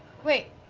wait,